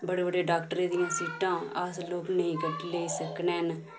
बड़े बड़े डाक्टरें दियां सीटां अस लोक नेईं कड्ढ लेई सकने हैन